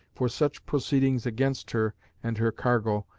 for such proceedings against her and her cargo,